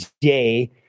day